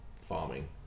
farming